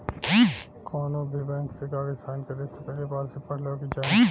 कौनोभी बैंक के कागज़ साइन करे से पहले पॉलिसी पढ़ लेवे के चाही